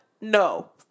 no